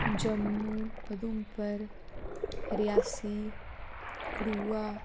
Jammu Udhampur Reasi Kathua